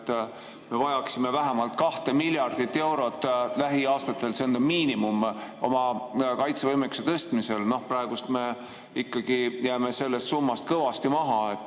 et me vajaksime vähemalt 2 miljardit eurot lähiaastatel – see on miinimum – oma kaitsevõimekuse tõstmiseks. Praegu me ikkagi jääme sellest summast kõvasti maha. Ja